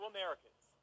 Americans